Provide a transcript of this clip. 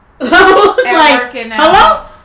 Hello